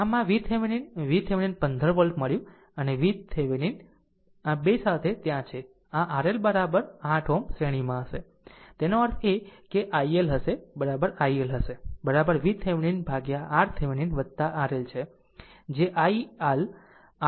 આમ આ VThevenin VThevenin 15 volt મળ્યું અને Thevenin 2 આ સાથે ત્યાં છે કે આ RL 8 Ω શ્રેણીમાં હશે તેનો અર્થ એ કે i L હશે i L હશે VThevenin ભાગ્યા RThevenin RL છે જે i L RThevenin RL છે